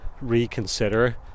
reconsider